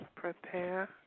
Prepare